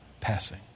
passing